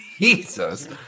Jesus